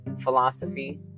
philosophy